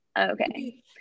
Okay